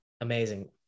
Amazing